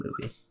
movie